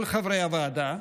כל חברי הוועדה,